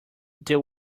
there